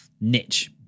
niche